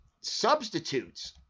substitutes